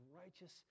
righteous